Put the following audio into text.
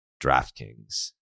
DRAFTKINGS